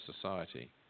Society